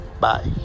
Bye